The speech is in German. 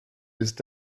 ist